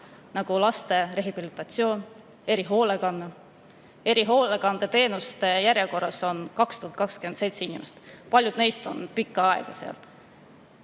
nagu laste rehabilitatsioon ja erihoolekanne. Erihoolekandeteenuste järjekorras on 2027 inimest, paljud neist on seal